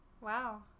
wow